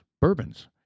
bourbons